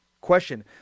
Question